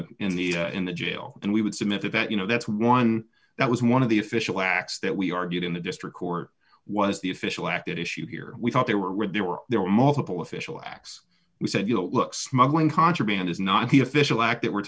the in the in the jail and we would submit that that you know that's one that was one of the official acts that we argued in the district court was the official act at issue here we thought there were there were there were multiple official acts we said you know look smuggling contraband is not the official act that we're